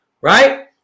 Right